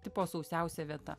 tipo sausiausia vieta